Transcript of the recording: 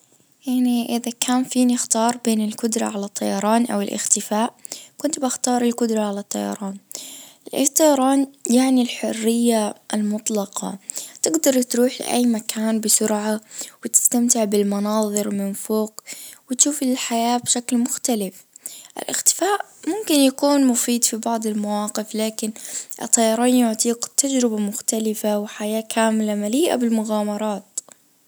يعني اذا كان فيني اختار بين القدرة على الطيران او الاختفاء كنت بختار القدرة على الطيران يعني الحرية المطلقة تجدر تروح لاي مكان بسرعة وتسمتع بالمناظر من فوق وتشوف الحياة بشكل مختلف الاختفاء ممكن يكون مفيد في بعض المواقف لكن الطيران يعطيك تجربة مختلفة وحياة كاملة مليئة بالمغامرات.